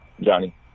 Johnny